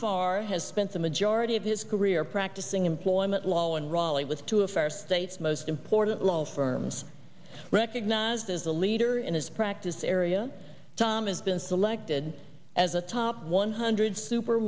far has spent the majority of his career practicing employment law in raleigh with two of our state's most important law firms recognized as a leader in his practice area tom has been selected as a top one hundred super